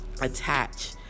attach